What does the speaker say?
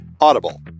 audible